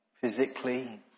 physically